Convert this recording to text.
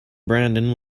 brandon